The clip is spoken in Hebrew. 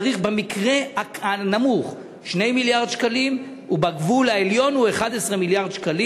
צריך במקרה הנמוך 2 מיליארד שקלים ובגבול העליון 11 מיליארד שקלים.